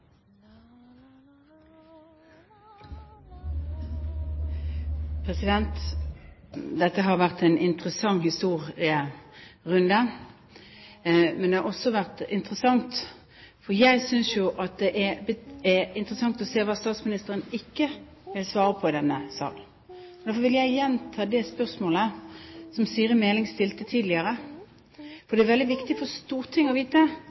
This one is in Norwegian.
Dette har vært en interessant historierunde, men det har også vært interessant å se hva statsministeren ikke vil svare på i denne sal. Derfor vil jeg gjenta det spørsmålet som Siri Meling stilte tidligere, for det er veldig viktig for Stortinget å vite